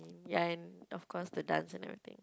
ya and of course the dance and everything